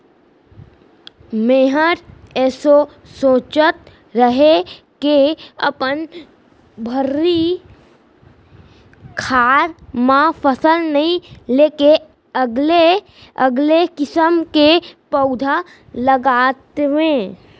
मैंहर एसो सोंचत रहें के अपन भर्री खार म फसल नइ लेके अलगे अलगे किसम के पउधा लगातेंव